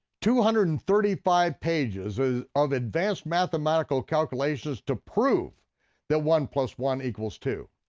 two hundred and thirty five pages ah of advanced mathematical calculations to prove that one plus one equals two.